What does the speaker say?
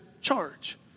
charge